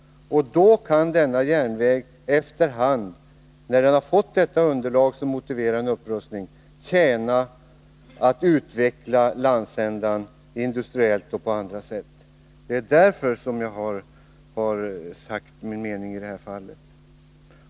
Efter hand som järnvägen får det underlag som motiverar en upprustning kan den tjäna syftet att utveckla landsändan industriellt och på andra sätt. Det är därför jag har sagt min mening i det här fallet.